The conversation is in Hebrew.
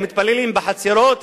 הם מתפללים בחצרות,